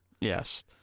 Yes